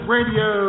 Radio